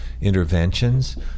interventions